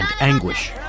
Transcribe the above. anguish